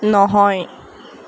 নহয়